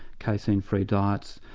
casein free diets,